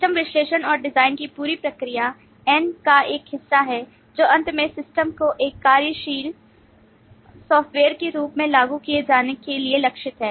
system विश्लेषण और design की पूरी प्रक्रिया n का एक हिस्सा है जो अंत में सिस्टम को एक कार्यशील सॉफ़्टवेयर के रूप में लागू किए जाने के लिए लक्षित है